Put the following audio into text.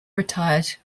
retired